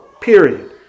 period